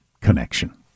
connection